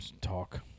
talk